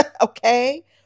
okay